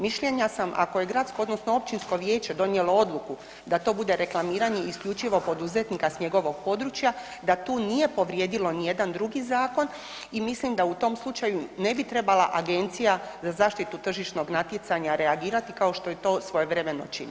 Mišljenja sam ako je gradsko odnosno općinsko vijeće donijelo odluku da to bude reklamiranje isključivo poduzetnika s njegovog područja da tu nije povrijedilo ni jedan drugi zakon i mislim da u tom slučaju ne bi trebala Agencija za zaštitu tržišnog natjecanja reagirati kao što je to svojevremeno činila.